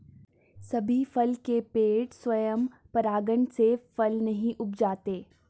सभी फल के पेड़ स्वयं परागण से फल नहीं उपजाते